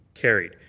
carried.